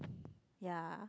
yeah